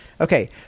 Okay